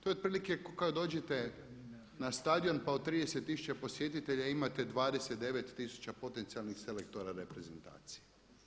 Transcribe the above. To je otprilike kao da dođete na stadion pa od 30 tisuća posjetitelja imate 29 tisuća potencijalnih selektora reprezentacije.